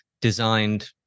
designed